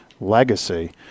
Legacy